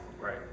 Right